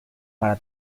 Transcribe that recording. para